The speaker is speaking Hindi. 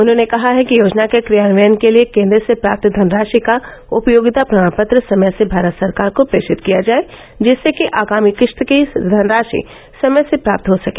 उन्होंने कहा है कि योजना के क्रियान्वयन के लिये केन्द्र से प्राप्त धनराशि का उपयोगिता प्रमाण पत्र समय से भारत सरकार को प्रेषित किया जाय जिससे कि आगामी किश्त की धनराशि समय से प्राप्त हो सके